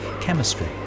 chemistry